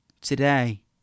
today